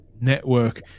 network